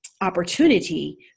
opportunity